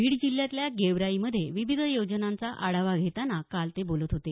बीड जिल्ह्यातल्या गेवराईमध्ये विविध योजनांचा आढावा घेताना काल ते बोलत होते